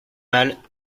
mal